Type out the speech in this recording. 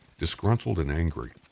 disgruntled and angry,